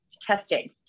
testing